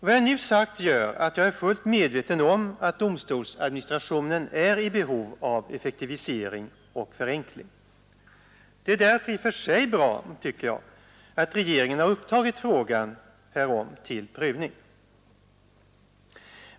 Vad jag här sagt visar att jag är fullt medveten om att domstolsadministrationen är i behov av effektivisering och förenkling. Det är därför i och för sig bra att regeringen har upptagit den frågan till prövning.